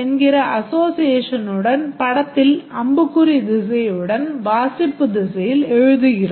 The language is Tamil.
என்கிற அஸோஸியேஷனுடன் படத்தில் அம்புக்குறி திசையுடன் வாசிப்பு திசையில் எழுதுகிறோம்